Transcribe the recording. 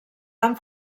van